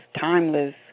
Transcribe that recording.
timeless